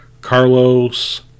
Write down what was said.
Carlos